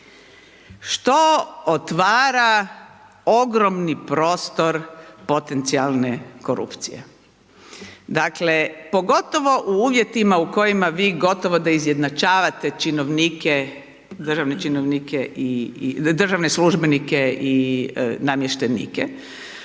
što otvara ogromni prostor potencijalne korupcije. Dakle, pogotovo u uvjetima u kojima vi gotovo da izjednačavate činovnike, državne činovnike